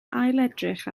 ailedrych